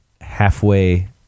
halfway